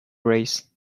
race